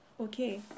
Okay